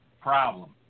problem